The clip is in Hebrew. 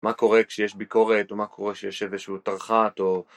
מה קורה כשיש ביקורת, או מה קורה כשיש איזשהו תרח"ט, או...